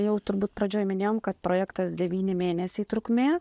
jau turbūt pradžioj minėjom kad projektas devyni mėnesiai trukmė